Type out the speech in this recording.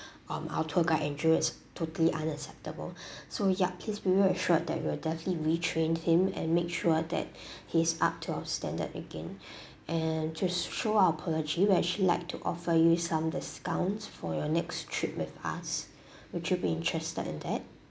um our tour guide andrew is totally unacceptable so yup please be reassured that we will definitely retrain him and make sure that he is up to our standard again and to show our apology we actually like to offer you some discounts for your next trip with us would you be interested in that